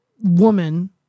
woman